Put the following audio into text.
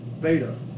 beta